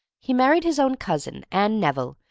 he married his own cousin, anne neville,